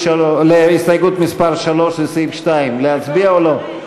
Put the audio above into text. הסתייגות מס' 3 לסעיף 2. להצביע או לא?